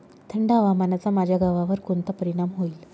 थंड हवामानाचा माझ्या गव्हावर कोणता परिणाम होईल?